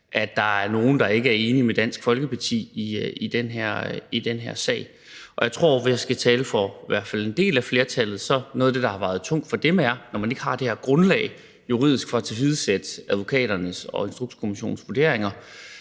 at der er nogle, der ikke er enige med Dansk Folkeparti i den her sag. Jeg tror, hvis jeg skal tale for i hvert fald en del af flertallet, at noget af det, der har vejet tungt for dem, når man ikke har det her juridiske grundlag for at tilsidesætte advokaternes og Instrukskommissionens vurderinger,